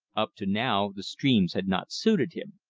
up to now the streams had not suited him.